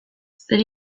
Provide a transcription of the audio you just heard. zer